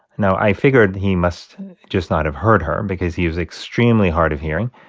now, i figured he must just not have heard her because he was extremely hard of hearing.